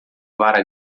vara